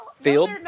field